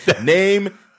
Name